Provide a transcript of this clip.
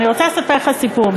אני רוצה לספר לך סיפור,